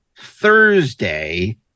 Thursday